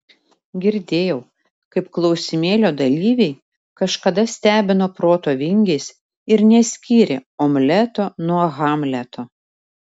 girdėjau kaip klausimėlio dalyviai kažkada stebino proto vingiais ir neskyrė omleto nuo hamleto